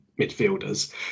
midfielders